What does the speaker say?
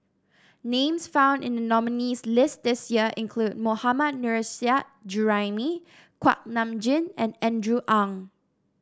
names found in the nominees' list this year include Mohammad Nurrasyid Juraimi Kuak Nam Jin and Andrew Ang